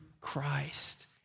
Christ